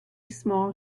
small